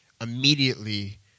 immediately